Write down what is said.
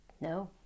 No